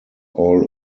all